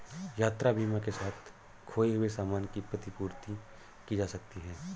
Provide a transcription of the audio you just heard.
यात्रा बीमा के साथ खोए हुए सामान की प्रतिपूर्ति की जा सकती है